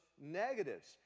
negatives